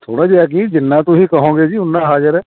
ਥੋੜ੍ਹਾ ਜਿਹਾ ਕੀ ਜਿੰਨਾਂ ਤੁਸੀਂ ਕਹੋਗੇ ਜੀ ਓਨਾਂ ਹਾਜ਼ਰ ਆ